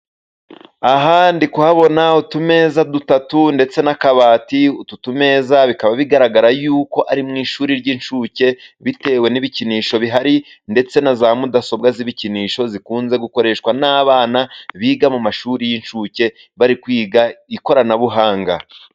Aha ndi kuhabona utumeza dutatu, ndetse n'akabati. Utu tumeza bikaba bigaragara y'uko ari mu ishuri ry'incuke, bitewe n'ibikinisho bihari ndetse na za mudasobwa z'ibikinisho zikunze gukoreshwa n'abana biga mu mashuri y'incuke, bari kwiga ikoranabuhanga.